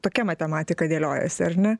tokia matematika dėliojasi ar ne